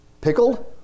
Pickled